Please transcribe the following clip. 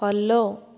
follow